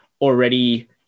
already